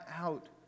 out